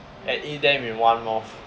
and eat them in one mouth